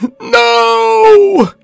No